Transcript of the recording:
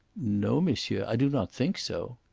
no, monsieur. i do not think so.